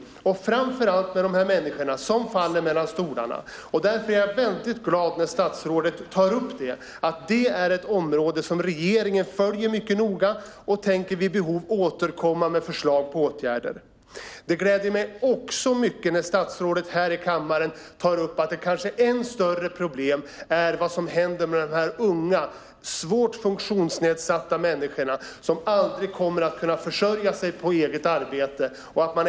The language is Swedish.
Det gäller framför allt de människor som faller mellan stolarna. Jag är därför väldigt glad att statsrådet tar upp att det är ett område som regeringen följer mycket noga och att man vid behov tänker återkomma med förslag till åtgärder. Det gläder mig också att statsrådet här i kammaren tar upp ett kanske ändå större problem, nämligen vad som händer med de unga svårt funktionsnedsatta som aldrig kommer att kunna försörja sig på eget arbete.